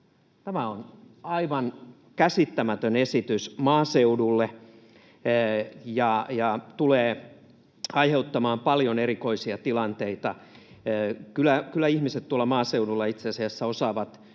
Tämä on aivan käsittämätön esitys maaseudulle ja tulee aiheuttamaan paljon erikoisia tilanteita. Kyllä ihmiset tuolla maaseudulla itse asiassa osaavat